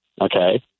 Okay